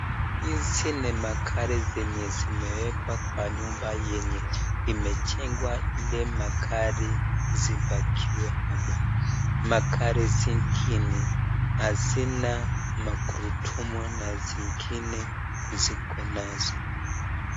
Hizi ni magari zenye zimewekwa kwa nyumba yenye imejengwa ili magari zipakiwe hapa , magari zingine hazina magurudumu na zingine ziko nazo.